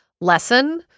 lesson